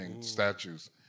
statues